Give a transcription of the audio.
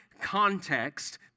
context